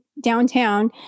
downtown